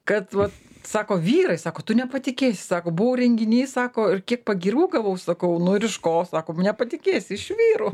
kad vat sako vyrai sako tu nepatikėsi sako buvo renginys sako ir kiek pagyrų gavau sakau nu ir iš ko sako nepatikėsi iš vyrų